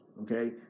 Okay